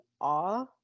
awe